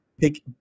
pick